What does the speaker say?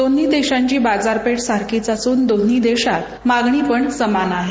दोन्ही देशांची बाजारपेठ सारखीच असून दोन्ही देशात मागणीपण समान आहे